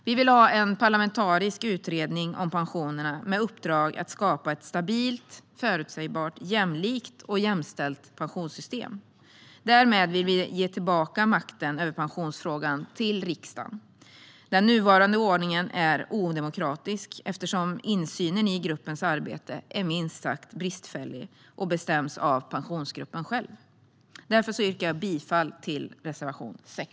Vi vill ha en parlamentarisk utredning om pensionerna med uppdrag att skapa ett stabilt, förutsägbart, jämlikt och jämställt pensionssystem. Därmed vill vi ge tillbaka makten över pensionsfrågan till riksdagen. Den nuvarande ordningen är odemokratisk, eftersom insynen i gruppens arbete är minst sagt bristfällig och bestäms av Pensionsgruppen själv. Därför yrkar jag bifall till reservation 6.